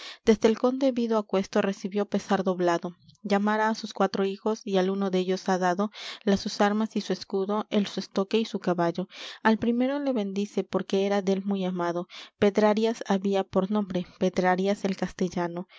desque el conde vido aquesto recibió pesar doblado llamara á sus cuatro hijos y al uno dellos ha dado las sus armas y su escudo el su estoque y su caballo al primero le bendice porque era dél muy amado pedrarias había por nombre pedrarias el castellano